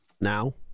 Now